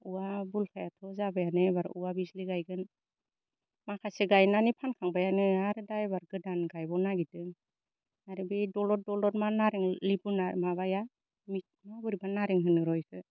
औवा बुरखायाथ' जाबायानो एबार औवा बिजलि गायगोन माखासे गायनानै फानखांबायनो आरो दा एबार गोदान गायबावनो नागिरदों आरो बे दलद दलद मा नारें लिबु माबाया मा बोरैबा नारें होनोर' इखो